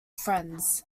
friends